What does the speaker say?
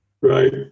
Right